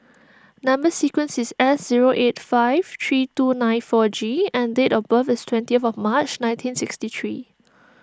Number Sequence is S zero eight five three two nine four G and date of birth is twentieth March nineteen sixty three